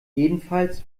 jedenfalls